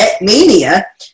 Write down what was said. mania